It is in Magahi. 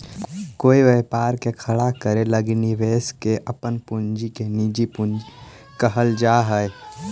कोई व्यापार के खड़ा करे लगी निवेशक के अपन पूंजी के निजी पूंजी कहल जा हई